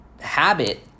habit